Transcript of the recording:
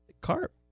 Carp